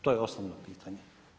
To je osnovno pitanje.